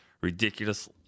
ridiculous